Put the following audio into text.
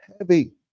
Heavy